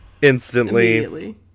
Instantly